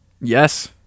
Yes